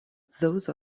those